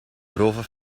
grove